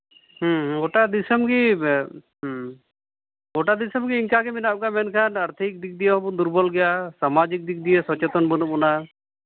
ᱜᱚᱴᱟ ᱫᱤᱥᱚᱢᱜᱮ ᱜᱳᱴᱟ ᱫᱤᱥᱚᱢᱜᱮ ᱤᱱᱠᱟᱹᱜᱮ ᱢᱮᱱᱟᱜ ᱠᱚᱣᱟ ᱢᱮᱱᱠᱷᱟᱱ ᱟᱨᱛᱷᱤᱠ ᱫᱤᱠ ᱫᱤᱭᱮ ᱦᱚᱸᱵᱚᱱ ᱫᱩᱨᱵᱚᱞ ᱜᱮᱭᱟ ᱥᱟᱢᱟᱡᱤᱠ ᱫᱤᱠ ᱫᱤᱭᱮ ᱥᱚᱪᱮᱛᱚᱱ ᱵᱟᱹᱱᱩᱜᱼᱟ